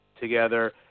together